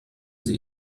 sie